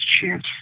chance